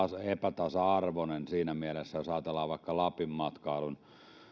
epätasa arvoinen siinä mielessä että vaikkapa lapin matkailun